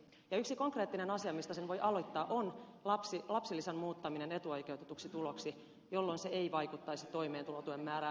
yksi konkreettinen asia mistä sen voi aloittaa on lapsilisän muuttaminen etuoikeutetuksi tuloksi jolloin se ei vaikuttaisi toimeentulotuen määrään